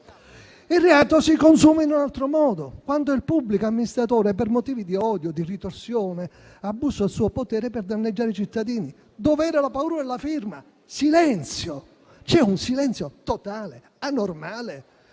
Il reato si consuma in un altro modo: quando il pubblico amministratore, per motivi di odio o di ritorsione, abusa del suo potere per danneggiare i cittadini. Dov'è la paura della firma? Silenzio. C'è un silenzio totale, anormale.